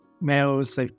males